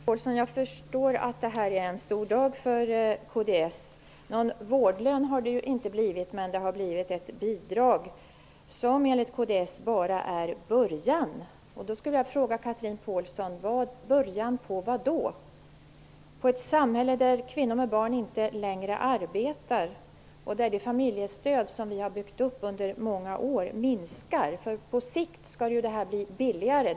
Herr talman! Jag förstår att det här är en stor dag för kds. Någon vårdlön har det ju inte blivit, men det har blivit ett bidrag, som enligt kds bara är början. Då vill jag fråga Chatrine Pålsson: Början på vad då? Början på ett samhälle där kvinnor med barn inte längre arbetar och där det familjestöd som vi under många år har byggt upp minskar? På sikt skall vårdnadsbidraget bli billigare.